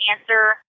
answer